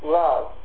love